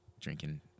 drinking